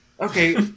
Okay